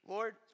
Lord